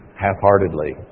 half-heartedly